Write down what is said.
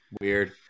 Weird